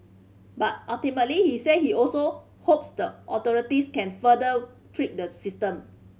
but ultimately he said he also hopes the authorities can further tweak the system